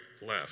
left